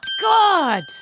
God